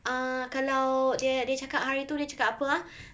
uh kalau dia dia cakap hari tu dia cakap apa ah